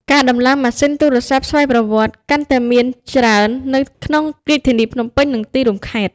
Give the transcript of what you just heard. ការដំឡើងម៉ាស៊ីនទូរស័ព្ទស្វ័យប្រវត្តិកាន់តែមានច្រើននៅក្នុងរាជធានីភ្នំពេញ និងទីរួមខេត្ត។